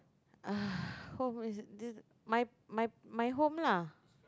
uh home is my my my home lah